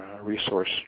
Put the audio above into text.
resource